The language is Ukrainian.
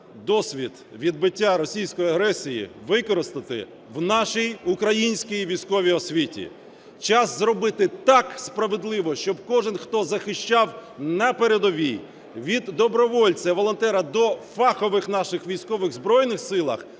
досвід відбиття російської агресії використати в нашій українській військовій освіті. Час зробити так справедливо, щоб кожен, хто захищав на передовій, від добровольця і волонтера до фахових наших військових у Збройних Силах,